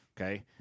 Okay